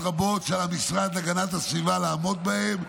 רבות שעל המשרד להגנת הסביבה לעמוד בהן,